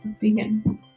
vegan